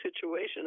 situation